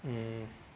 mm